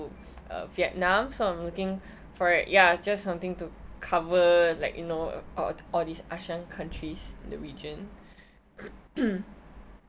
uh vietnam so I'm looking for ya just something to cover like you know all these ASEAN countries the region